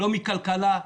לא מכלכלה.